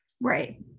right